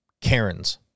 Karens